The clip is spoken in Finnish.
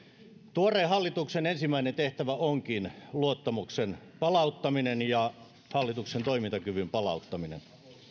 tuoreen hallituksen ensimmäinen tehtävä onkin luottamuksen palauttaminen ja hallituksen toimintakyvyn palauttaminen